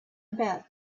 about